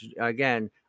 again